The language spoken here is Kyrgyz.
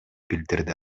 билдирди